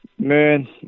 Man